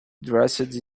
dressed